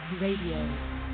Radio